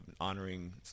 honoring